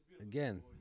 again